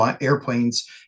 airplanes